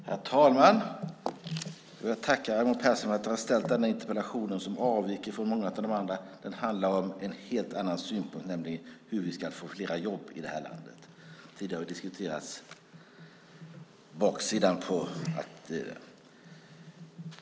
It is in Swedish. Herr talman! Jag tackar Raimo Pärssinen för att han har ställt denna interpellation som avviker från många av de andra. Den handlar om en helt annan synpunkt, nämligen hur vi ska få flera jobb i det här landet. Tidigare har baksidan diskuterats.